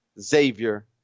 Xavier